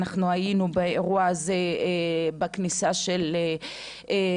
אנחנו היינו באירוע הזה בכניסה של סודנים